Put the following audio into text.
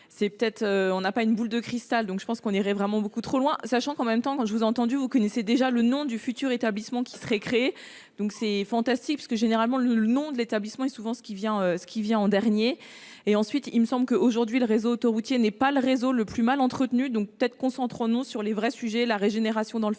on n'a pas une boule de cristal, donc je pense qu'on irait vraiment beaucoup trop loin, sachant qu'en même temps quand je vous ai entendu vous connaissez déjà le nom du futur établissement qui serait créée, donc c'est fantastique parce que généralement le nom de l'établissement est souvent ce qui vient, ce qui vient en dernier, et ensuite il me semble que, aujourd'hui, le réseau autoroutier n'est pas le réseau le plus mal entretenus donc peut-être, concentrons-nous sur les vrais sujets, la régénération dans le